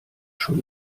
schon